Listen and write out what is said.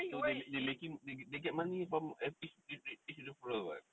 so they making they they get money from each each each referral [what]